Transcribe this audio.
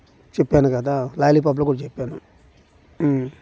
చెప్పాను గదా లాలీపాప్లు కూడా చెప్పాను